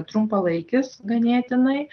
trumpalaikis ganėtinai